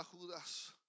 Judas